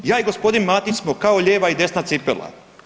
Ja i gospodin Matić smo kao lijeva i desna cipela.